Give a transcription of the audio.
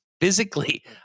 physically